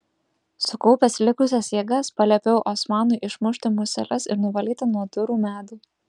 sukaupęs likusias jėgas paliepiau osmanui išmušti museles ir nuvalyti nuo durų medų